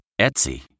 Etsy